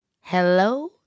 Hello